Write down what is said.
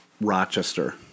Rochester